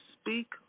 speak